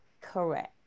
Correct